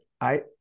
I-